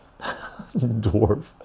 dwarf